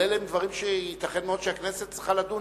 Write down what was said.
אבל אלה הם דברים שייתכן מאוד שהכנסת צריכה לדון